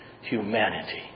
humanity